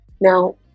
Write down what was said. Now